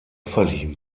verlieben